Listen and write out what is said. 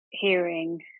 hearing